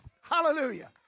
Hallelujah